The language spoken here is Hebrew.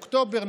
באוקטובר,